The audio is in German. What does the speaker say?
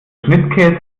schnittkäse